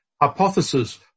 hypothesis